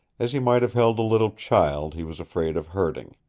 as he might have held a little child he was afraid of hurting.